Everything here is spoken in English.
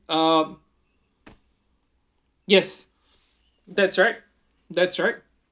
um yes that's right that's right